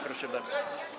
Proszę bardzo.